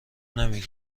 نمی